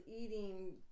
eating